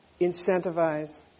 incentivize